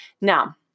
Now